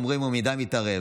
אומרים שהוא יותר מדי מתערב.